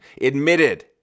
admitted